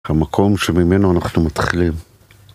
המקום שממנו אנחנו מתחילים.